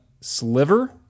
Sliver